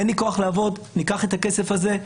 אין לי כוח, ניקח את הכסף הזה.